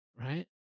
right